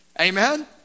Amen